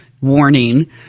warning